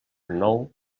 nou